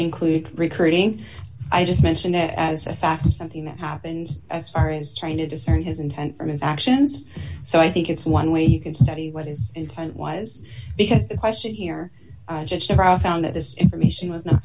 include recruiting i just mention it as a fact and something that happened as far as trying to discern his intent from his actions so i think it's one way you can study what his intent was because the question here are often that this information was not